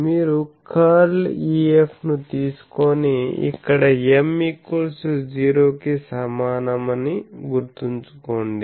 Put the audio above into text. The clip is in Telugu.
మీరు కర్ల్ EF ను తీసుకొని ఇక్కడ M 0 కి సమానమని గుర్తుంచుకోండి